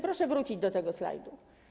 Proszę wrócić do tego slajdu.